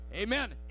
Amen